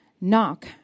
Knock